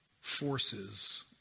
forces